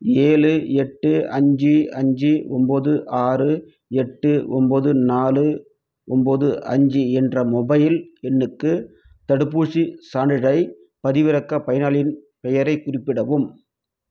ஏழு எட்டு அஞ்சு அஞ்சு ஒன்போது ஆறு எட்டு ஒன்போது நாலு ஒன்போது அஞ்சு என்ற மொபைல் எண்ணுக்கு தடுப்பூசிச் சான்றிதழைப் பதிவிறக்க பயனாளியின் பெயரைக் குறிப்பிடவும்